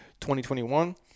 2021